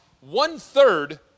one-third